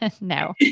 No